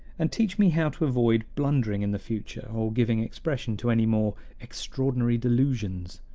and teach me how to avoid blundering in the future, or giving expression to any more extraordinary delusions.